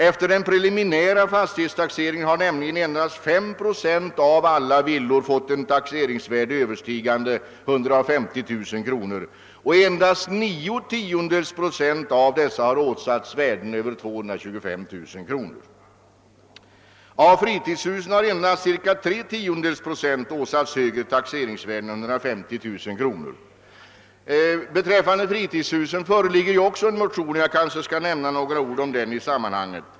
Efter den preliminära fastighetstaxeringen har nämligen endast 3 procent av alla villor fått ett taxeringsvärde överstigande 150 000 kr. och endast 0,9 procent av dessa har åsatts värden över 225 000 kr. Av fritidshusen har endast cirka 0,3 procent åsatts högre taxeringsvärde än 150 000 kr. Beträffande fritidshusen föreligger en motion, och jag skall kanske nämna några ord om denna i sammanhanget.